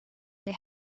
det